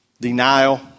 denial